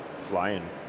flying